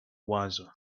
wiser